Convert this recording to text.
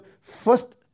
First